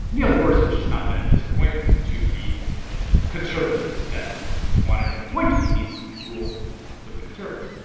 neil gorsuch has not been a disappointment to the conservatives that wanted him appointed. he's ruled with the conservatives.